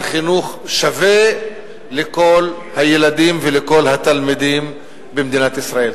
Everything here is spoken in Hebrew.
חינוך שווה לכל הילדים ולכל התלמידים במדינת ישראל.